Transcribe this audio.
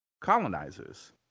Colonizers